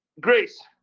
Grace